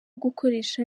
gukoresha